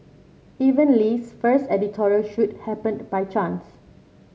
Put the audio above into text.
even Lee's first editorial shoot happened by chance